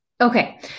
Okay